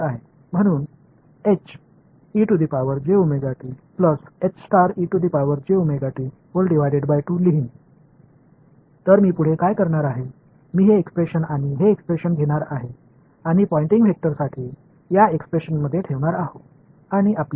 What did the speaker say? எனவே நான் அடுத்து என்ன செய்வது நான் இந்த வெளிப்பாட்டையும் இந்த வெளிப்பாட்டையும் எடுத்து பய்ண்டிங் வெக்டர் வெளிப்பாட்டில் வைக்கப் போகிறேன் நமக்கு என்ன கிடைக்கும் என்று பார்ப்போம்